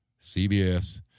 CBS